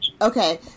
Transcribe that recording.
Okay